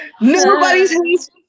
Nobody's